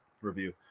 review